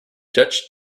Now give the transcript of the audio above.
judge